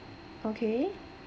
okay